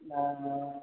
आहा